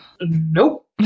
Nope